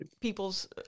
People's